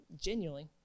genuinely